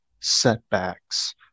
setbacks